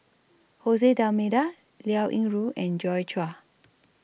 Jose D'almeida Liao Yingru and Joi Chua